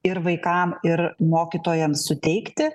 ir vaikam ir mokytojam suteikti